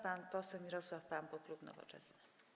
Pan poseł Mirosław Pampuch, klub Nowoczesna.